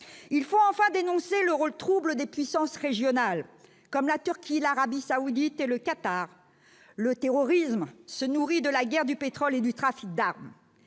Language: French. il faut enfin dénoncé le rôle trouble des puissances régionales comme la Turquie, l'Arabie Saoudite, le Qatar le terrorisme se nourrit de la guerre du pétrole et du trafic d'armes,